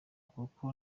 kuko